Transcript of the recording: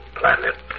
planet